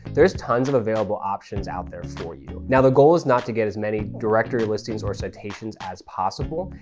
there's tons of available options out there for you. now, the goal is not to get as many directory listings or citations as possible,